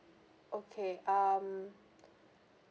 okay um